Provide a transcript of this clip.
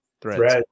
Threads